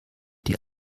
die